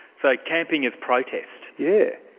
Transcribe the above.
so camping as protest? yeah